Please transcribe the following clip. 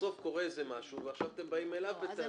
בסוף קורה איזה משהו ואז אתם באים אליו בטענות.